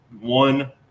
one